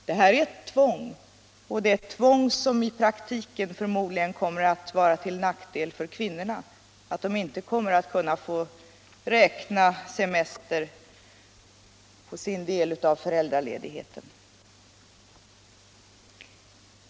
Det här är ett tvång, och det är ett tvång som i praktiken förmodligen blir till nackdel för kvinnorna genom att de inte kommer att få räkna semester på sin del av föräldraledigheten.